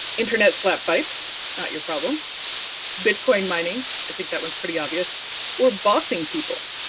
internet slapfights not your problem bitcoin mining i think that one is pretty obvious or bossing people.